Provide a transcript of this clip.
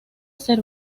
ser